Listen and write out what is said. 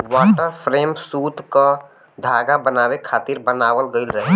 water frame सूत क धागा बनावे खातिर बनावल गइल रहे